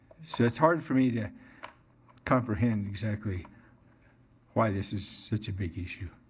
so it's hard for me to comprehend exactly why this is such a big issue.